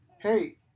hey